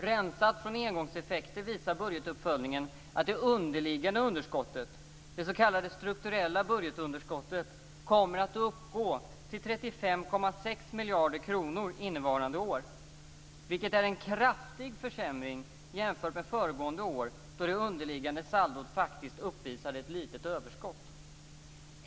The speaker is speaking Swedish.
Rensad från engångseffekter visar budgetuppföljningen att det underliggande underskottet, det s.k. strukturella budgetunderskottet, kommer att uppgå till 35,6 miljarder kronor innevarande år. Det är en kraftig försämring jämför med föregående år, då det underliggande saldot faktiskt uppvisade ett litet överskott.